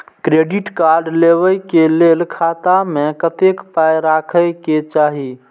Credit card लेबै के लेल खाता मे कतेक पाय राखै के चाही?